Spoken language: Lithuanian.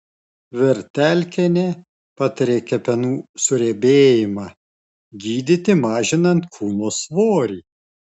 vertelkienė patarė kepenų suriebėjimą gydyti mažinant kūno svorį